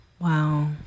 Wow